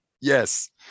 Yes